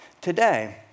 today